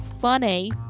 funny